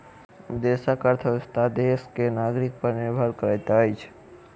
देशक अर्थव्यवस्था देश के नागरिक पर निर्भर करैत अछि